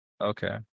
Okay